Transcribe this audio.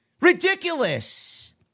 Ridiculous